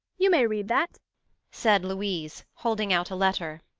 you may read that said louise, holding out a letter.